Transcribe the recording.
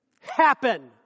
Happen